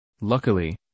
Luckily